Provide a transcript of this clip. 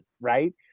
right